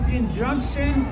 injunction